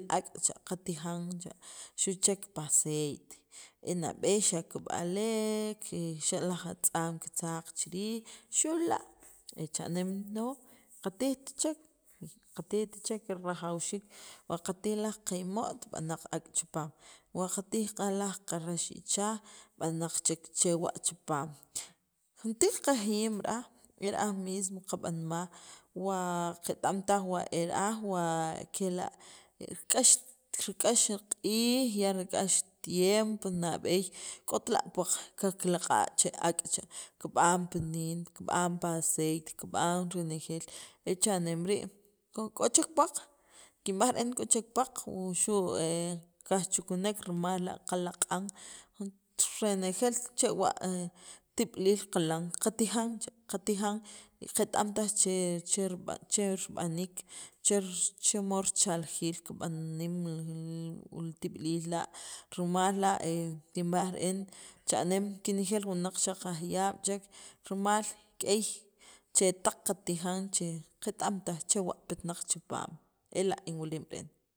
ak' cha qatijan cha xu' chek pi aceite e nab'eey xa' kib'aleek xa' laj atz'aam kitzaq chi riij xu' la' e cha'neem no qatijt chek qatijt chek rajawxiik wa qatij laj qimo't b'anaq ak' chipaam wa qatij qaj rax ichaaj b'anaq chek chewa' chipaam juntir qajiyim ra'aj mismo qab'anmaj wa qet am taj wa ra'aj wa kela' k'ax rik'ax li q'iij ya rik'ax tiempo nab'eey k'ot la' puwaq kiklaq'a' che ak', kib'an pi niin, kib'an pa aceite, kib'an renjeeel e cha'neem rii' rima k'o chek puwaq kinb'aj re'en k'o chek puwaq wuxu' kajchukunek rimal la' qalaq'an juntr renjeel chewa' tib'iliil qilan qatijan cha qatijan y qet- am taj che rub'aniik che cher mod richaljiil rib'aniim li tib'iliil la' rimal la' kinb'aj re'en cha'neem kinejeel wunaq xaq aj yaab' chek rimal k'ey chetaq qatijan che qet- am taj chewa' petnaq chipaam ela' inwilim re'en.